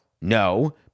no